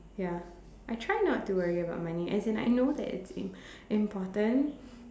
ya I try not to worry about money as in I know that it's im~ important